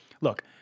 look